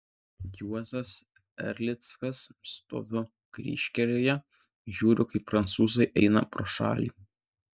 juozas erlickas stoviu kryžkelėje žiūriu kaip prancūzai eina pro šalį